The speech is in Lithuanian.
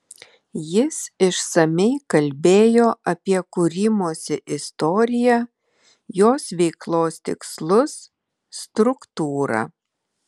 jis išsamiai kalbėjo apie kūrimosi istoriją jos veiklos tikslus struktūrą